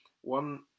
one